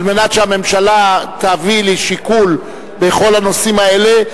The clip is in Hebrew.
מנת שהממשלה תביא לשיקול בכל הנושאים האלה,